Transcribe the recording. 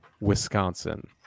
Wisconsin